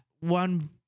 one